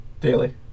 Daily